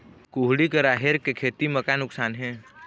कुहड़ी के राहेर के खेती म का नुकसान हे?